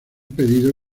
pedido